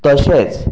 तशेंच